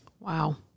Wow